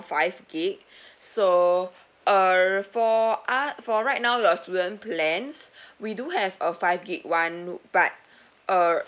five gig so err for u~ for right now your student plans we do have a five gig [one] but err